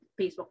facebook